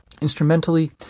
Instrumentally